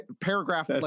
paragraph